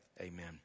amen